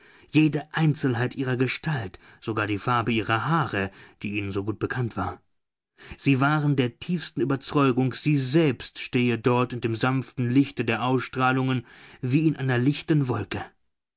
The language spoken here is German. jede einzelheit ihrer gestalt sogar die farbe ihrer haare die ihnen so gut bekannt war sie waren der tiefsten überzeugung sie selbst stehe dort in dem sanften lichte der ausstrahlungen wie in einer lichten wolke